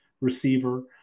receiver